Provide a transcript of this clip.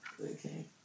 okay